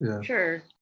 Sure